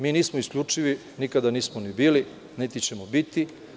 Mi nismo isključivi, nikada nismo ni bili, niti ćemo biti.